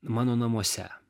mano namuose